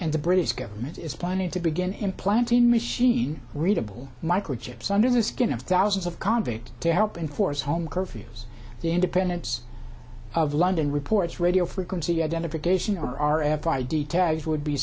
and the british government is planning to begin implanting machine readable microchips under the skin of thousands of convicts to help enforce home curfews the independence of london reports radio frequency identification r r f id tags would be